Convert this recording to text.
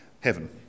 heaven